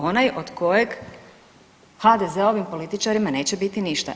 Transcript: Onaj od kojeg HDZ-ovim političarima neće biti ništa.